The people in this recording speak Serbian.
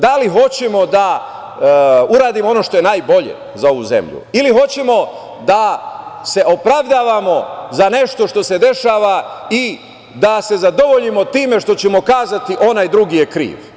Da li hoćemo da uradimo ono što je najbolje za ovu zemlju ili hoćemo da se opravdavamo za nešto što se dešava i da se zadovoljimo time što ćemo kazati – onaj drugi je kriv?